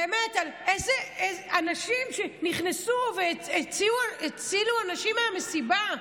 באמת אנשים שנכנסו והצילו אנשים מהמסיבה,